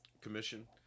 Commission